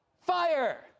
fire